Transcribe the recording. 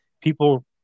People